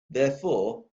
therefore